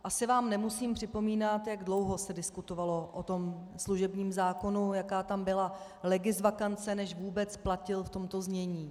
Asi vám nemusím připomínat, jak dlouho se diskutovalo o služebním zákonu, jaká tam byla legisvakance, než vůbec platil v tomto znění.